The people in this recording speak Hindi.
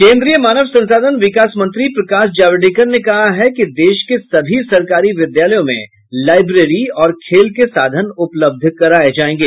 केंद्रीय मानव संसाधन विकास मंत्री प्रकाश जावड़ेकर ने कहा है कि देश के सभी सरकारी विद्यालयों में लाइब्रेरी और खेल के साधन उपलब्ध कराये जायेंगे